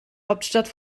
hauptstadt